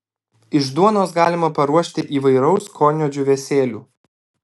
iš duonos galima paruošti įvairaus skonio džiūvėsėlių